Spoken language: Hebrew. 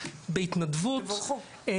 בהתנדבות.